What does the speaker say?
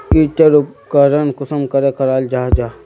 की टेर उपकरण कुंसम करे कराल जाहा जाहा?